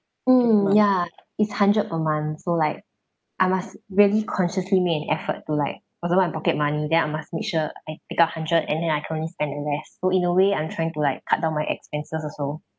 mm ya it's hundred per month so like I must really consciously make an effort to like also my pocket money then I must make sure I put down hundred and then I currently spending less so in a way I'm trying to like cut down my expenses also